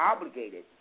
obligated